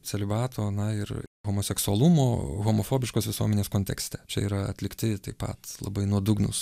celibato na ir homoseksualumo homofobiškos visuomenės kontekste čia yra atlikti taip pat labai nuodugnūs